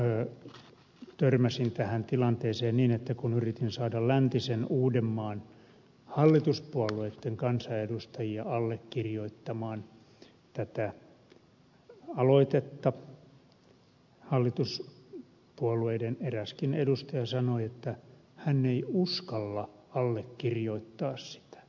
omalta osaltani törmäsin tähän tilanteeseen niin että kun yritin saada läntisen uudenmaan hallituspuolueiden kansanedustajia allekirjoittamaan tätä aloitetta hallituspuolueiden eräskin edustaja sanoi että hän ei uskalla allekirjoittaa sitä